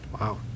Wow